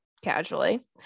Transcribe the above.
casually